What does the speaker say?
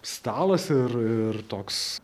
stalas ir ir toks